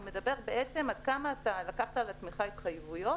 הוא מדבר על כמה לקחת על עצמך התחייבויות